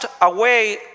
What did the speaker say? away